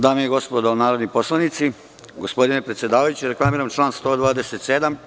Dame i gospodo narodni poslanici, gospodine predsedavajući, reklamiram član 127.